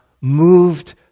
moved